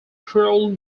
creole